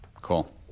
Cool